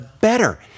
better